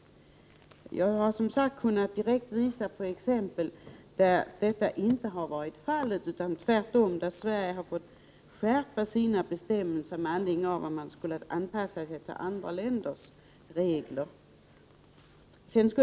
Som sagt har jag direkt kunnat visa på exempel där så inte varit fallet, utan tvärtom Sverige har fått skärpa sina bestämmelser för att anpassa dem till andra länders regler.